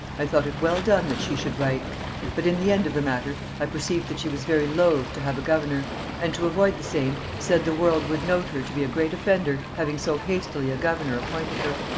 i thought it well done that she should write but in the end of the matter i perceived that she was very loth to have a governor and to avoid the same, said the world would note her to be a great offender, having so hastily a governor appointed her.